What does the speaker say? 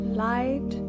light